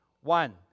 one